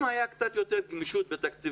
אם למנהלים הייתה קצת יותר גמישות בתקציבים